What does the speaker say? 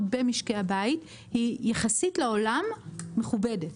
במשקי הבית יחסית לעולם היא מכובדת.